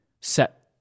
set